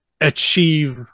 achieve